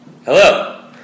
Hello